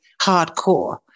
hardcore